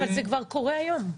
אבל זה כבר קורה היום.